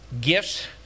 gifts